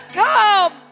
come